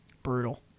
brutal